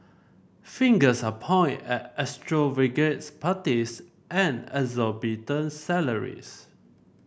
fingers are point at extravagant parties and exorbitant salaries